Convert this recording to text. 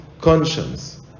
conscience